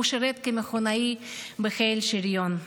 הוא שירת כמכונאי בחיל השריון.